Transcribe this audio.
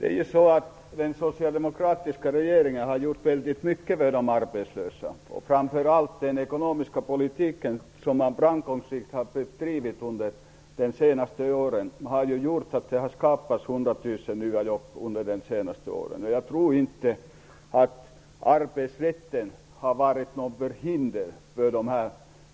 Herr talman! Den socialdemokratiska regeringen har gjort väldigt mycket för de arbetslösa. Framför allt har den ekonomiska politik som man framgångsrikt har bedrivit under de senaste åren gjort att det har skapats 100 000 nya jobb. Jag tror inte att arbetsrätten har varit något hinder för de